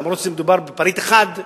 אף-על-פי שמדובר בפריט אחד,